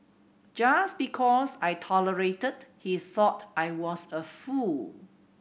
just because I tolerated he thought I was a fool